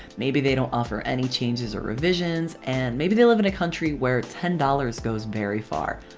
maybe they don't offer any changes or revisions. and maybe they live in a country where ten dollars goes very far.